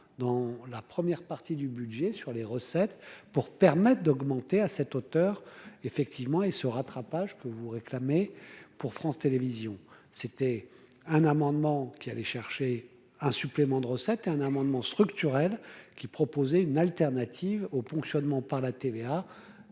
dans la première partie du budget sur les recettes pour permettre d'augmenter à cette hauteur, effectivement et ce rattrapage que vous réclamez pour France Télévisions, c'était un amendement qui allait chercher un supplément de recettes un amendement structurelle qui, proposer une alternative au fonctionnement par la TVA,